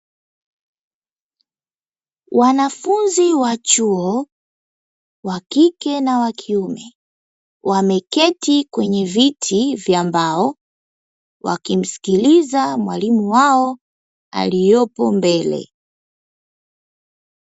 Wanafunzi wa chuo, wakike na wakiume; wameketi kwenye viti vya mbao, wakimsikiliza mwalimu wao aliyopo mbele.